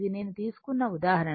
ఇది నేను తీసుకున్న ఉదాహరణ